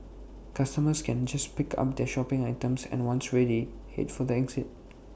customers can just pick up their shopping items and once ready Head for the exit